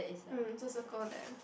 mm so circle that